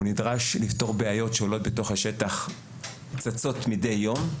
הוא נדרש לפתור בעיות שעולות וצצות מדי יום בשטח.